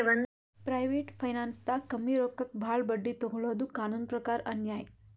private ಫೈನಾನ್ಸ್ದಾಗ್ ಕಮ್ಮಿ ರೊಕ್ಕಕ್ ಭಾಳ್ ಬಡ್ಡಿ ತೊಗೋಳಾದು ಕಾನೂನ್ ಪ್ರಕಾರ್ ಅನ್ಯಾಯ್